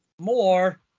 More